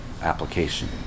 application